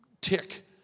tick